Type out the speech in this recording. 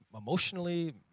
emotionally